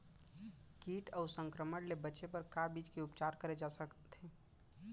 किट अऊ संक्रमण ले बचे बर का बीज के उपचार करे जाथे सकत हे?